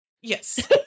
Yes